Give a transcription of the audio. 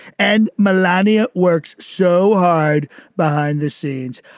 and malatya works so hard behind the scenes.